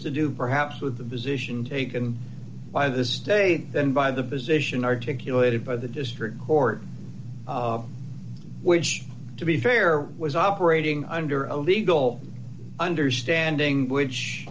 to do perhaps with the position taken by the state than by the position articulated by the district court which to be fair was operating under a legal understanding which